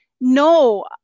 no